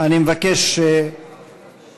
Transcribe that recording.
אני מבקש שתשבו,